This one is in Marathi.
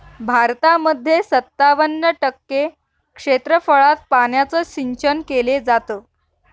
भारतामध्ये सत्तावन्न टक्के क्षेत्रफळात पाण्याचं सिंचन केले जात